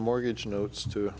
mortgage notes to